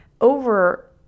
over